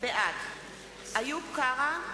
בעד איוב קרא,